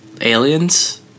Aliens